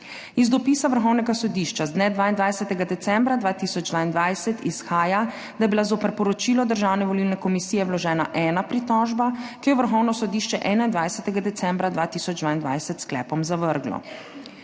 Iz dopisa Vrhovnega sodišča z dne 22. decembra 2022 izhaja, da je bila zoper poročilo Državne volilne komisije vložena ena pritožba, ki jo je Vrhovno sodišče 21. decembra 2022 s sklepom zavrglo.